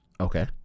Okay